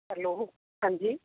hello ਹਾਂਜੀ